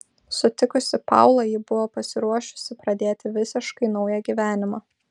sutikusi paulą ji buvo pasiruošusi pradėti visiškai naują gyvenimą